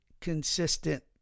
consistent